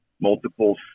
multiple